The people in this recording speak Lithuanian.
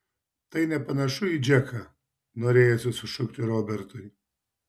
tai nepanašu į džeką norėjosi sušukti robertui